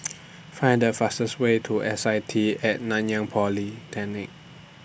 Find The fastest Way to S I T At Nanyang Polytechnic